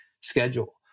schedule